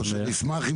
אני נציגה מארגון